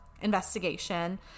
investigation